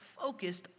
focused